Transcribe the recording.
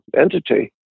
entity